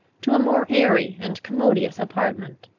to a more airy and commodious apartment.